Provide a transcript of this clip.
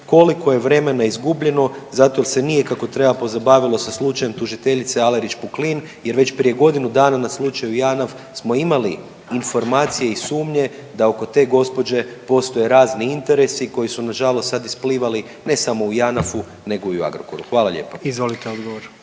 koliko je vremena izgubljeno zato jer se nije kako treba, pozabavilo sa slučajem tužiteljice Alerić Puklin jer već prije godinu dana na slučaju JANAF smo imali informacije i sumnje da oko te gospođe postoje razni interesi koji su nažalost sad isplivali, ne samo u JANAF-u nego i u Agrokoru. Hvala lijepo. **Jandroković,